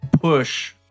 push